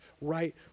right